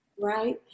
right